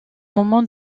moment